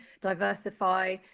diversify